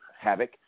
Havoc